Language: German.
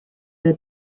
der